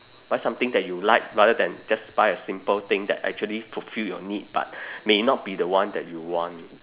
buy something that you like rather than just buy a simple thing that actually fulfil your need but may not be the one that you want